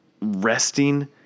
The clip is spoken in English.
resting